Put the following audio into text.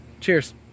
Cheers